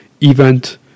event